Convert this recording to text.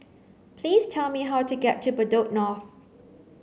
please tell me how to get to Bedok North